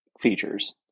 features